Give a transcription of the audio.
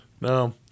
No